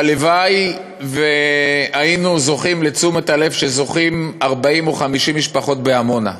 שהלוואי שהיינו זוכים לתשומת הלב שזוכות לה 40 או 50 משפחות בעמונה.